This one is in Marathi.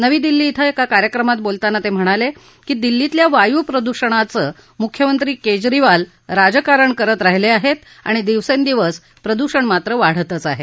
नवी दिल्ली क्रें एका कार्यक्रमात बोलताना ते म्हणाले की दिल्लीतल्या वायू प्रदूषणाचं मुख्यमंत्री केजरीवाल राजकारण करत राहिले आहेत आणि दिवसेंदिवस प्रदूषण मात्र वाढतच आहे